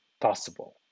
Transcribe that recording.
possible